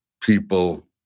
people